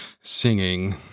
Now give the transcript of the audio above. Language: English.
singing